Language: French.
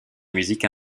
musique